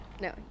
no